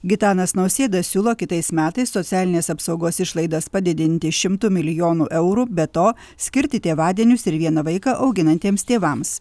gitanas nausėda siūlo kitais metais socialinės apsaugos išlaidas padidinti šimtu milijonų eurų be to skirti tėvadienius ir vieną vaiką auginantiems tėvams